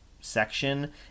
section